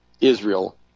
Israel